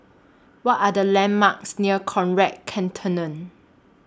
What Are The landmarks near Conrad Centennial